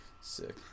Sick